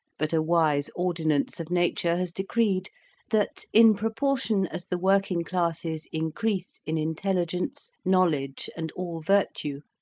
but a wise ordinance of nature has decreed that, in proportion as the working-classes increase in intelligence, knowledge, and all virtue,